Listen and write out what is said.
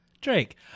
drake